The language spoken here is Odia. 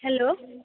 ହ୍ୟାଲୋ